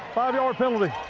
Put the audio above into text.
five-yard penalty.